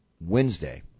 Wednesday